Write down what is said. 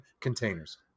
containers